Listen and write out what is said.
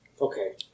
Okay